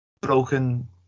broken